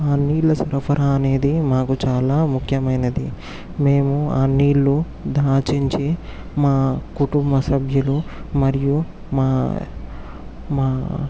ఆ నీళ్ళ సరఫరా అనేది మాకు చాలా ముఖ్యమైనది మేము ఆ నీళ్లు దాచి ఉంచి మా కుటుంబసభ్యులు మరియు మా మా